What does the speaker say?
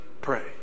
Pray